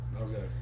Okay